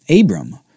Abram